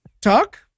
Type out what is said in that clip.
talk